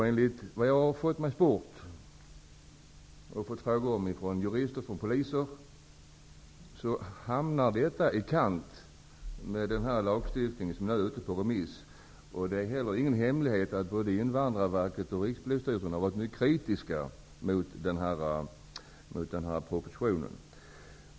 Enligt vad jag har fått mig sport, och som jag har fått frågor om från jurister och poliser, hamnar detta i kant med den lagstiftning som nu är ute på remiss. Det är inte heller någon hemlighet att både Invandrarverket coh Rikspolisstyrelsen har varit kritiska mot propositionen.